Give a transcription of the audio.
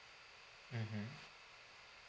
mmhmm